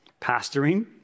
pastoring